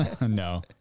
No